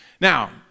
Now